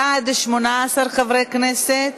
בעד, 18 חברי כנסת,